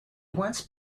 once